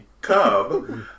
cub